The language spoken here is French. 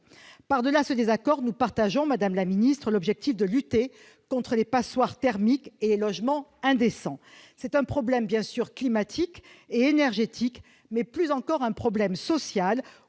Par-delà ce désaccord, nous partageons, madame la ministre, l'objectif de lutter contre les passoires thermiques et les logements indécents. C'est un problème climatique et énergétique, mais, plus encore, un problème social,